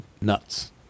nuts